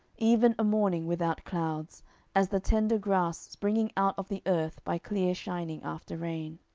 even a morning without clouds as the tender grass springing out of the earth by clear shining after rain.